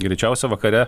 greičiausia vakare